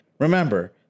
Remember